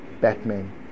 Batman